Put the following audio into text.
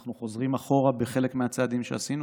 אנחנו חוזרים אחורה בחלק מהצעדים שעשינו,